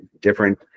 different